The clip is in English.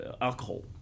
alcohol